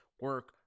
Work